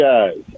guys